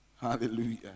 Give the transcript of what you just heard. Hallelujah